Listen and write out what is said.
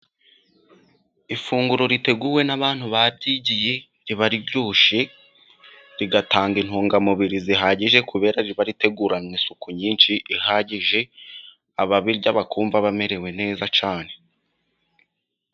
Ifunguro riteguwe n'abantu babyigiye riba riryoshye, rigatanga intungamubiri zihagije, kubera riba riteguranywe isuku nyinshi ihagije, ababirya bakumva bamerewe neza cyane.